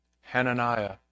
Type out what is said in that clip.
Hananiah